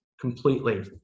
completely